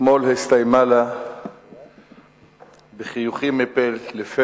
אתמול הסתיימה לה בחיוכים מאוזן לאוזן